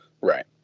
Right